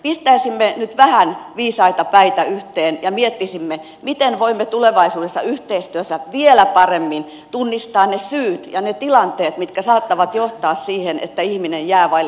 pistäisimme nyt vähän viisaita päitä yhteen ja miettisimme miten voimme tulevaisuudessa yhteistyössä vielä paremmin tunnistaa ne syyt ja ne tilanteet mitkä saattavat johtaa siihen että ihminen jää vaille kotia